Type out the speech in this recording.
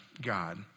God